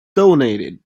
donated